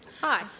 hi